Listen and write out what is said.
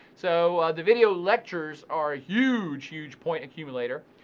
so the video lectures are huge, huge point accumulator,